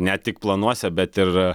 ne tik planuose bet ir